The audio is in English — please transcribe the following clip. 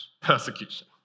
persecution